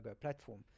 platform